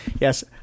Yes